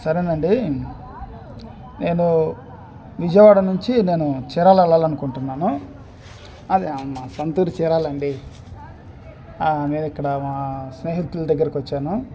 సరేనండి నేను విజయవాడ నుంచి నేను చీరాల వెళ్ళాలి అనుకుంటున్నాను సొంతూరు చీరాల అండి నేను ఇక్కడ మా స్నేహితుల దగ్గరికి వచ్చాను